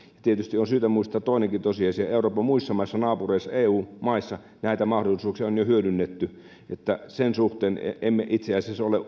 tietysti on syytä muistaa toinenkin tosiasia euroopan muissa maissa naapureissa eu maissa näitä mahdollisuuksia on jo hyödynnetty sen suhteen emme itse asiassa ole